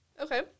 Okay